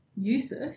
Yusuf